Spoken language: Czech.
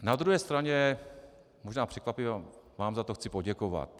Na druhé straně, možná překvapivě, vám za to chci poděkovat.